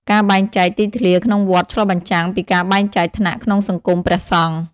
ការបែងចែក ទីធ្លាក្នុងវត្តឆ្លុះបញ្ចាំងពីការបែងចែកថ្នាក់ក្នុងសង្គមព្រះសង្ឃ។